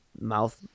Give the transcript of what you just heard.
mouth